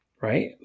right